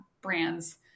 brand's